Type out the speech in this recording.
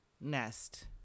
nest